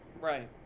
right